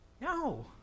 No